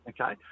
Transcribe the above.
Okay